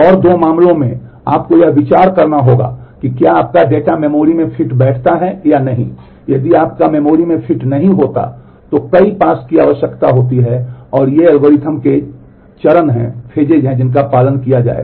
और दो मामलों में आपको यह विचार करना होगा कि क्या आपका डेटा मेमोरी में फिट बैठता है या नहीं यदि आपका मेमोरी में फिट नहीं होता है तो कई पास की आवश्यकता होती है और ये एल्गोरिथ्म के चरण हैं जिनका पालन किया जाएगा